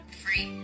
free